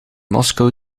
moskou